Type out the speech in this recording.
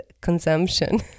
consumption